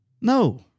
No